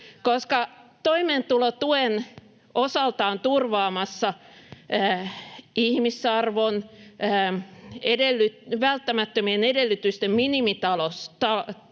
koska toimeentulotuen osaltaan turvaamassa ihmisarvon välttämättömien edellytysten minimitasossa